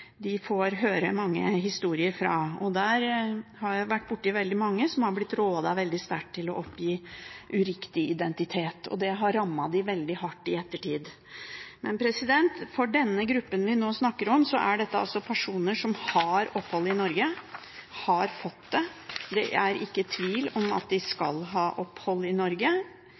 har blitt rådet veldig sterkt til å oppgi uriktig identitet, og det har rammet dem veldig hardt i ettertid. Den gruppen vi nå snakker om, er altså personer som har opphold i Norge, som har fått det, det er ikke tvil om at de skal ha opphold i Norge,